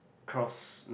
cross